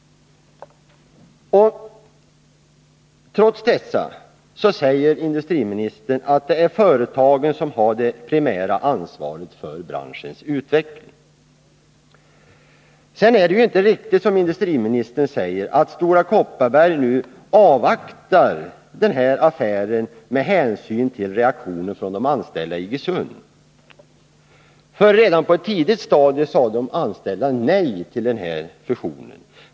Trots detta säger industriministern att det är företagen som har det primära ansvaret för branschutvecklingen. Sedan är det inte riktigt som industriministern säger att Stora Kopparberg avvaktar med den här affären med hänsyn till reaktionen från de anställda i Iggesund. Redan på ett tidigt stadium sade de anställda nej till fusionen.